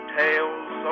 tales